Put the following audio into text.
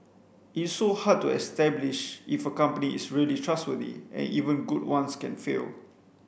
it's so hard to establish if a company is really trustworthy and even good ones can fail